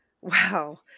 Wow